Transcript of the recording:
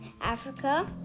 Africa